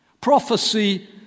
Prophecy